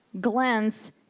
glands